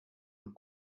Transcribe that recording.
und